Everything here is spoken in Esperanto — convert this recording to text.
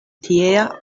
tiea